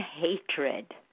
hatred